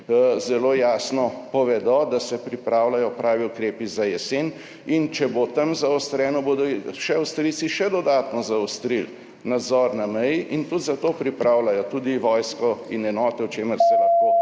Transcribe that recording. zelo jasno povedo, da se pripravljajo pravi ukrepi za jesen. In če bo tam zaostreno, bodo Avstrijci še dodatno zaostrili nadzor na meji in tudi za to pripravljajo vojsko in enote, o čemer se lahko